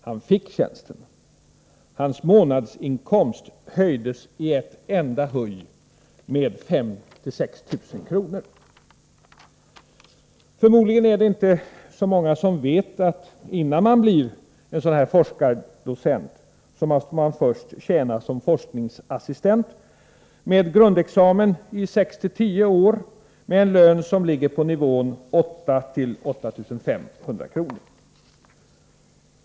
Han fick tjänsten, och hans månadsinkomst höjdes i ett enda huj med 5 000-6 000 kr: Förmodligen är det inte så många som vet att innan man blir forskardocent måste man först tjäna som forskningsassistent med grundexamen i 610 år med en lön som ligger på nivån 8 000-8 500 kr.